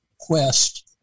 quest